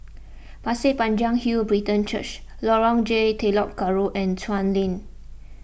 Pasir Panjang Hill Brethren Church Lorong J Telok Kurau and Chuan Lane